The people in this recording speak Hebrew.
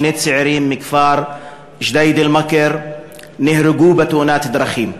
שני צעירים מכפר ג'דיידה-מכר נהרגו בתאונות דרכים.